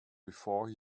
before